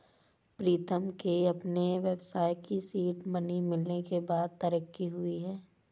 प्रीतम के अपने व्यवसाय के सीड मनी मिलने के बाद तरक्की हुई हैं